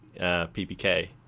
PPK